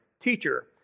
Teacher